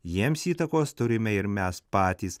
jiems įtakos turime ir mes patys